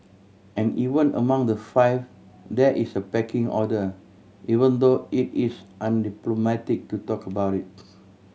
and even among the five there is a pecking order even though it is undiplomatic to talk about it